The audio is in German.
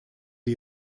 die